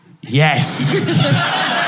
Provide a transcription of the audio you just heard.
Yes